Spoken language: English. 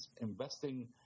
investing